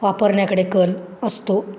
वापरण्याकडे कल असतो